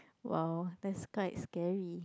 !wow! that's quite scary